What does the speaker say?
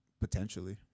Potentially